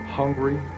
hungry